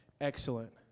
excellent